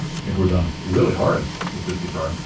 i think we're done, really hard with this guitar.